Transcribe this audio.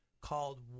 called